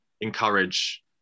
encourage